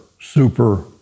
super